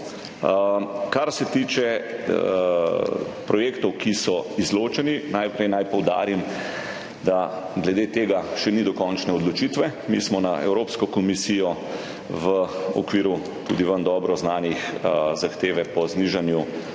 Kar se tiče projektov, ki so izločeni. Najprej naj poudarim, da glede tega še ni dokončne odločitve. Mi smo na Evropsko komisijo v okviru tudi vam dobro znane zahteve po znižanju